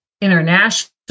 international